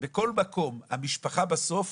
בכל מקום המשפחה בסוף,